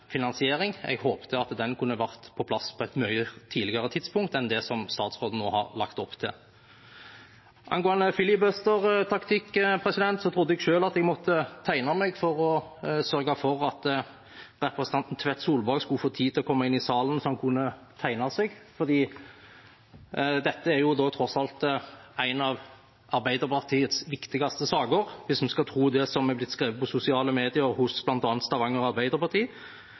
Jeg håpet at den kunne vært på plass på et mye tidligere tidspunkt enn det som statsråden nå har lagt opp til. Angående filibustertaktikk, så trodde jeg at jeg måtte tegne meg for å sørge for at representanten Tvedt Solberg skulle få tid til å komme inn i salen så han kunne tegne seg, for dette er jo tross alt en av Arbeiderpartiets viktigste saker hvis man skal tro det som er blitt skrevet på sosiale medier hos bl.a. Stavanger